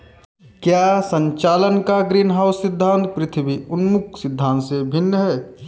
क्या संचालन का ग्रीनहाउस सिद्धांत पृथ्वी उन्मुख सिद्धांत से भिन्न है?